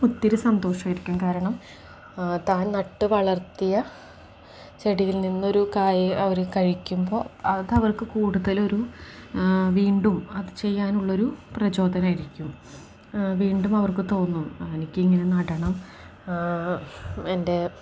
ഒത്തിരി സന്തോഷമായിരിക്കും കാരണം താൻ നട്ടു വളർത്തിയ ചെടിയിൽ നിന്നൊരു കായ അവർ കഴിക്കുമ്പോൾ അതവർക്ക് കൂടുതലൊരു വീണ്ടും അതു ചെയ്യാനുള്ളൊരു പ്രചോദനമായിരിക്കും വീണ്ടും അവർക്കു തോന്നും എനിക്കിങ്ങനെ നടണം എൻ്റെ